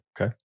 Okay